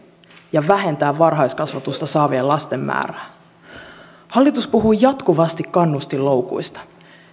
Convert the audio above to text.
ja vähentää varhaiskasvatusta saavien lasten määrää hallitus puhuu jatkuvasti kannustinloukuista